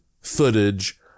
footage